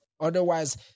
Otherwise